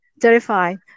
Terrifying